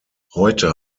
heute